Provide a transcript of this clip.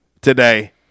today